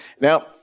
Now